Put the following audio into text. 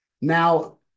Now